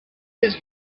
his